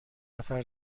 نفر